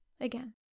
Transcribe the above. again